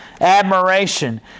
admiration